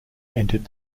entered